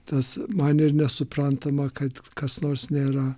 tas man ir nesuprantama kad kas nors nėra